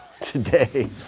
today